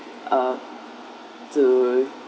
err to